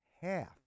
half